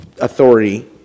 authority